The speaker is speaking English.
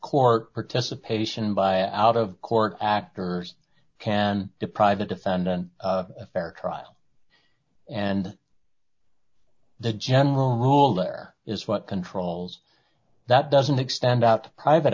court participation by out of court actors can deprive the defendant of a fair trial and the general rule there is what controls that doesn't extend out private